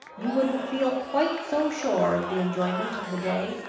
you wouldn't feel quite so sure of the enjoyment of the day!